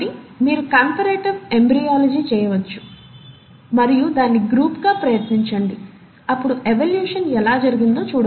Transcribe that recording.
కాబట్టి మీరు comparative embryology చేయవచ్చు మరియు దాన్ని గ్రూప్ గా ప్రయత్నించండి అప్పుడు ఎవల్యూషన్ ఎలా జరిగిందో చూడవచ్చు